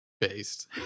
Based